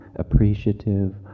Appreciative